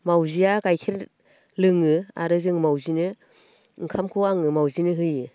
मावजिया गाइखेर लोङो आरो जों मावजिनो ओंखामखौ आङो मावजिनो होयो